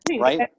right